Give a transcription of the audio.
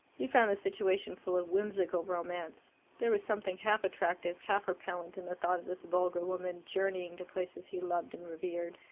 he found the situation full of whimsical romance there was something half attractive, half repellent in the thought of this vulgar woman journeying to places he loved and revered.